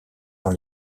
dans